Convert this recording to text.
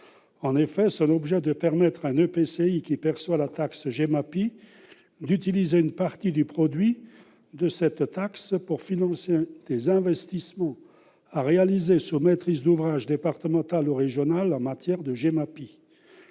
En effet, son objet est de permettre à un EPCI qui perçoit la taxe GEMAPI d'utiliser une partie du produit de cette taxe pour financer des investissements à réaliser sous maîtrise d'ouvrage départementale ou régionale en matière de GEMAPI.